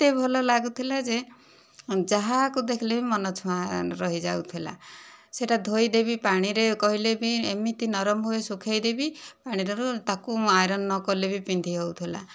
ଏତେ ଭଲ ଲାଗୁଥିଲା ଯେ ଯାହାକୁ ଦେଖିଲେ ବି ମନ ଛୁଆଁ ରହିଯାଉଥିଲା ସେଟା ଧୋଇଦେବି ପାଣିରେ କହିଲେ ବି ଏମିତି ନରମ ହୁଏ ସୁଖାଇ ଦେବି ପାଣିଟାରୁ ତାକୁ ଆଇରନ୍ ନ କଲେ ବି ପିନ୍ଧି ହେଉଥିଲା